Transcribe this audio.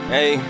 Hey